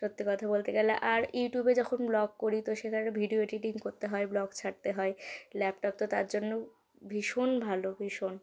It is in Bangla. সত্যি কথা বলতে গেলে আর ইউটিউবে যখন ব্লগ করি তো সেখানে ভিডিও এডিটিং করতে হয় ব্লগ ছাড়তে হয় ল্যাপটপ তো তার জন্য ভীষণ ভালো ভীষণ